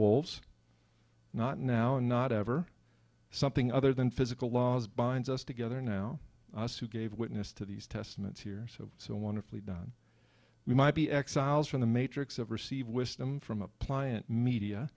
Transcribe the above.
wolves not now not ever something other than physical laws binds us together now us who gave witness to these testaments here so so wonderfully done we might be exiles from the matrix of received wisdom from appliance media